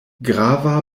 grava